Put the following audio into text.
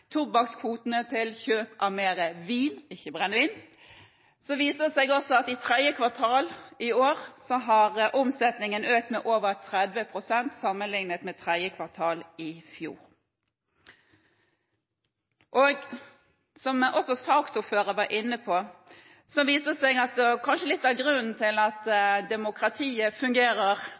til større vinkvote, ikke brennevin, og så viste det seg i tredje kvartal i år at omsetningen hadde økt med over 30 pst. sammenlignet med tredje kvartal i fjor. Som også saksordføreren var inne på, viser det seg at kanskje litt av grunnen til at demokratiet fungerer,